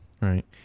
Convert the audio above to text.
Right